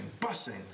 busing